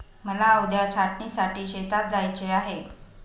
मला उद्या छाटणीसाठी शेतात जायचे आहे